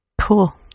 Cool